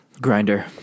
Grinder